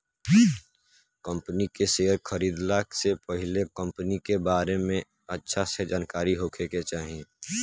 company के share खरीदला से पहिले कंपनी के बारे में अच्छा से जानकारी होखे के चाही